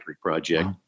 project